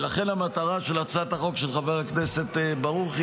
לכן המטרה של הצעת החוק של חבר הכנסת ברוכי